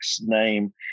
name